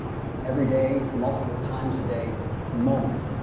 it's an everyday, multiple times a day moment,